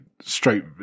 straight